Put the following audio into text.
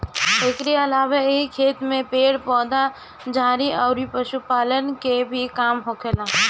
एकरी अलावा एही खेत में पेड़ पौधा, झाड़ी अउरी पशुपालन के भी काम होखेला